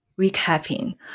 recapping